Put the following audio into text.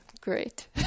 Great